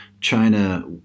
China